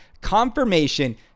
confirmation